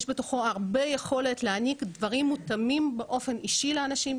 יש בתוכו הרבה יכולת להעניק דברים מותאמים באופן אישי לאנשים.